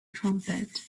trumpet